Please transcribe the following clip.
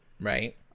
right